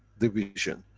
division,